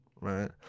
right